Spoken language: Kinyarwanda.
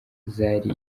zari